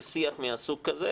של שיח מסוג כזה,